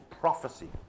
prophecy